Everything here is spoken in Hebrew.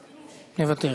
מוותרת,